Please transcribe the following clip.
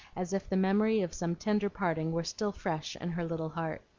as if the memory of some tender parting were still fresh in her little heart.